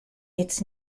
its